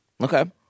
Okay